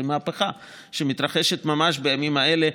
זאת מהפכה שמתרחשת ממש בימים האלה,